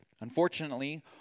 Unfortunately